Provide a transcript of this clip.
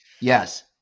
Yes